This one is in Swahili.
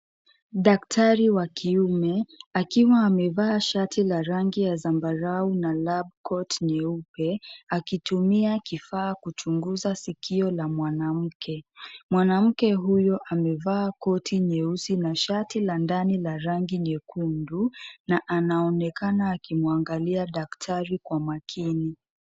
Daktari wa kiume, akiwa amevaa shati la rangi ya sambarau Na lab coat nyeupe, akitumia kifaa kuchunguza sikio la mwanamke. Mwanamke huyo amevaa koti nyeusi na shati la ndani la rangi nyekundu na anaonekana akimwangalia daktari kwa makini.